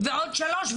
ועוד שלוש,